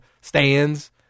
stands